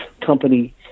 company